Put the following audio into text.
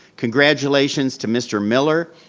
congratulations to mr. miller,